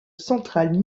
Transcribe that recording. centrale